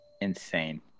Insane